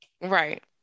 right